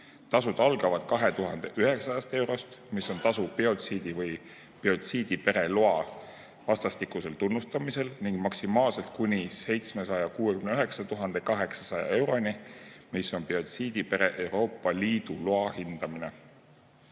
Tasud algavad 2100 eurost, mis on tasu biotsiidi või biotsiidipere loa vastastikuse tunnustamise eest, ning ulatuvad maksimaalselt kuni 769 800 euroni, mis on tasu biotsiidipere Euroopa Liidu loa hindamise